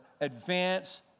advance